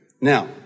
Now